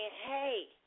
hey